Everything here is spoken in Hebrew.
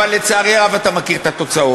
אבל לצערי הרב אתה מכיר את התוצאות,